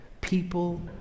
people